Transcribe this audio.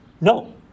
No